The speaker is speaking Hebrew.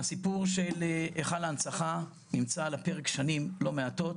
הסיפור של היכל ההנצחה נמצא על הפרק שנים לא מעטות,